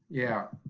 yeah.